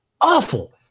awful